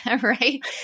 right